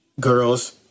Girls